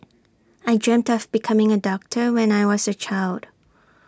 I dreamt of becoming A doctor when I was A child